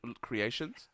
creations